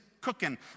cooking